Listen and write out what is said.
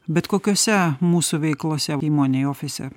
bet kokiose mūsų veiklose įmonėje ofise